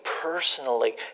personally